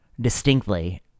distinctly